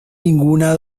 ninguna